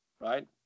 Right